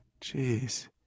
Jeez